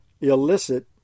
illicit